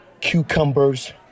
cucumbers